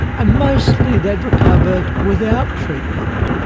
and mostly they had recovered without treatment.